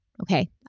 Okay